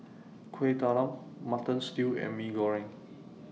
Kueh Talam Mutton Stew and Mee Goreng